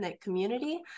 community